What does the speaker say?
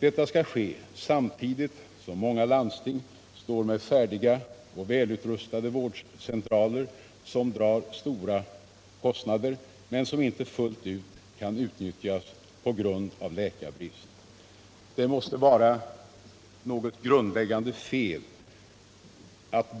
Detta skall ske samtidigt som många landsting står med färdiga och välutrustade vårdcentraler, som drar stora kostnader men som inte fullt ut kan utnyttjas på grund av läkarbrist. Det måste vara något grundläggande fel att man